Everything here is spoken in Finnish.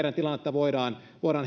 voidaan